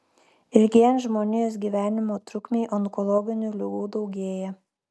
ilgėjant žmonijos gyvenimo trukmei onkologinių ligų daugėja